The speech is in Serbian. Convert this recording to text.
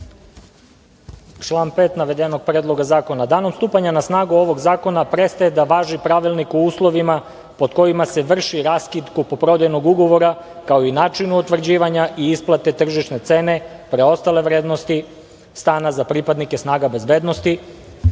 Član 5. navedenog Predloga zakona - danom stupanja na snagu ovog zakona prestaje da važi Pravilnik o uslovima pod kojima se vrši raskid kupoprodajnog ugovora, kao i načinu utvrđivanja i isplate tržišne cene preostale vrednosti stana za pripadnike snaga bezbednosti.